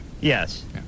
Yes